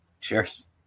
Cheers